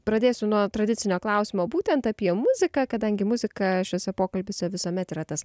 pradėsiu nuo tradicinio klausimo būtent apie muziką kadangi muzika šiuose pokalbiuose visuomet yra tas